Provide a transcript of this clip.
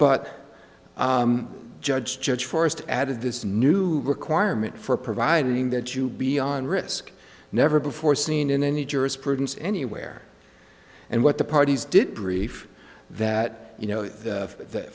but judge judge forrest added this new requirement for providing that you beyond risk never before seen in any jurisprudence anywhere and what the parties did brief that you know that